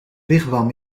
wigwam